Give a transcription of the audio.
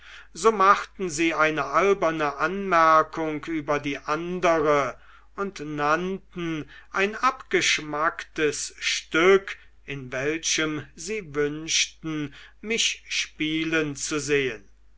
so machten sie eine alberne anmerkung über die andere und nannten ein abgeschmacktes stück in welchem sie wünschten mich spielen zu sehen